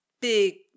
big